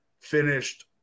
Finished